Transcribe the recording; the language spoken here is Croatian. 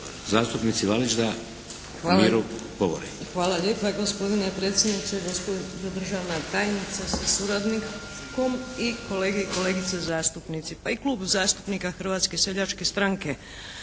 zastupnici Lalić da u miru govori.